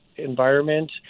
environment